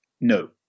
no